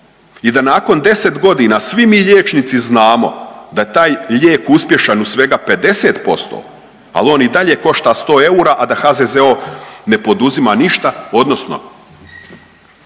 i da nakon 10 godina svi mi liječnici znamo da taj lijek uspješan u svega 50%, ali on i dalje košta 100 eura, a da HZZO ne poduzima ništa, odnosno,